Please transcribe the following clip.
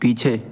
पीछे